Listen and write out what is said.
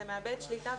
זה מאבד שליטה,